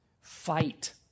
Fight